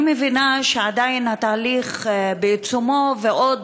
אני מבינה שעדיין התהליך בעיצומו ועוד